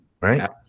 right